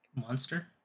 Monster